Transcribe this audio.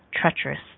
treacherous